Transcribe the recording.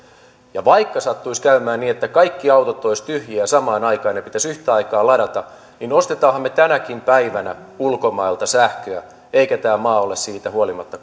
ja vaikka sattuisi käymään niin että kaikki autot olisivat tyhjiä samaan aikaan ja ne pitäisi yhtä aikaa ladata niin ostammehan me tänäkin päivänä ulkomailta sähköä eikä tämä maa ole siitä huolimatta